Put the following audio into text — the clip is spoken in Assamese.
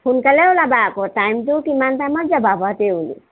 সোনকালে ওলাবা আকৌ টাইমটো কিমান টাইমত যাবা বাৰু তেওবুলি